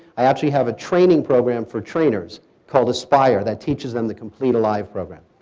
i actually have a training program for trainers called aspire that teaches them the complete alive program.